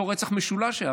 אותו רצח משולש שהיה,